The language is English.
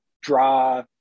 draw